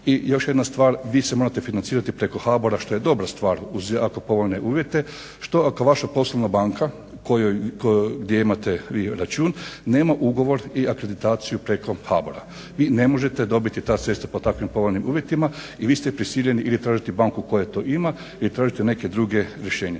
I još jedna stvar, vi se morate financirati preko HBOR-a što je dobra stvar uz jako povoljne uvjete. Što ako vaša poslovna banka gdje imate vi račun nema ugovor i akreditaciju preko HBOR-a. Vi ne možete dobiti ta sredstva pod takvim povoljnim uvjetima i vi ste prisiljeni ili tražiti banku koja to ima ili tražiti neka druga rješenja.